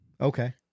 Okay